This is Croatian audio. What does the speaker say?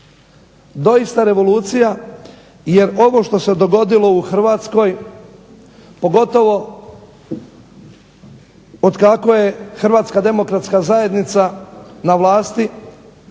Doista revolucija jer ovo što se dogodilo u Hrvatskoj pogotovo otkako je Hrvatska demokratska zajednica na vlasti